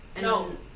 no